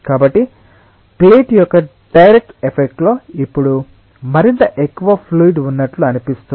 కాబట్టి ప్లేట్ యొక్క direct effect లో ఇప్పుడు మరింత ఎక్కువ ఫ్లూయిడ్ ఉన్నట్లు అనిపిస్తుంది